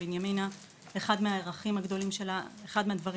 בנימינה אחד מהערכים המשמעותיים והגדולים שלה ואחד הדברים